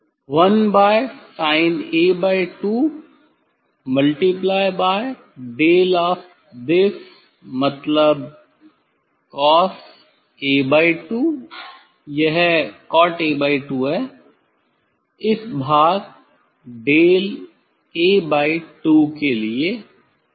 1sin A2डेल of this मतलबcosA2यह cotA2है इस भागdelA2के लिए